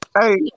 Hey